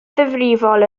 ddifrifol